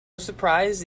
surprise